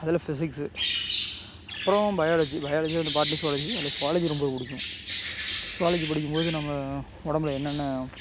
அதில் ஃபிசிக்ஸு அப்புறம் பயாலஜி பயாலஜியில் இந்த பாட்னி ஸ்வாலஜி இருக்குது அதில் ஸ்வாலஜி ரொம்ப பிடிக்கும் ஸ்வாலஜி படிக்கும்போது நம்ம உடம்புல என்னென்ன